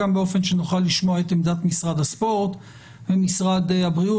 גם באופן שנוכל לשמוע את עמדת משרד הספורט ומשרד הבריאות,